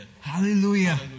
Hallelujah